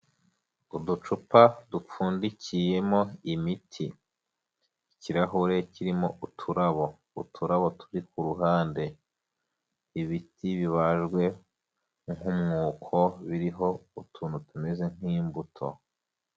Uducupa dupfundikiyemo imiti, ikirahure kirimo uturabo, uturabo turi ku ruhande. Ibiti bibajwe nk'umwuko biriho utuntu tumeze nk'imbuto.